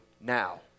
now